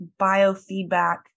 biofeedback